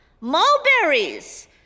Mulberries